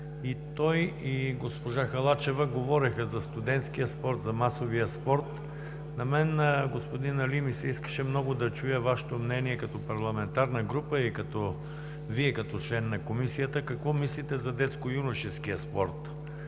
И той, и госпожа Халачева говореха за студентския спорт, за масовия спорт. На мен, господин Али, ми се искаше много да чуя Вашето мнение като парламентарна група и Вие, като член на Комисията, какво мислите за детско-юношеския спорт,